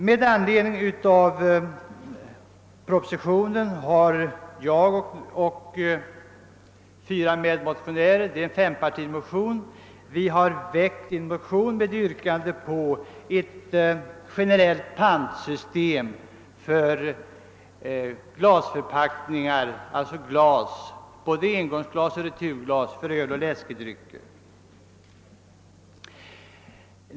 Med anledning av propositionen har jag och fyra medmotionärer — det rör sig om en fempartimotion -— framfört ett yrkande om ett generellt pantsystem för både engångsglas och returglas för läskedrycker.